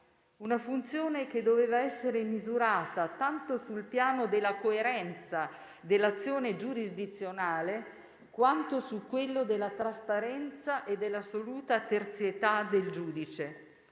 Una funzione che doveva essere misurata tanto sul piano della coerenza dell'azione giurisdizionale quanto su quello della trasparenza e dell'assoluta terzietà del giudice,